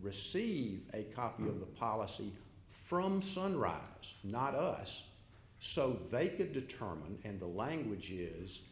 receive a copy of the policy from sunrise not us so they could determine and the language is